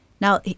Now